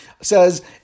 says